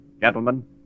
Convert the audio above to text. Gentlemen